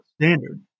standard